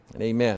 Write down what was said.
Amen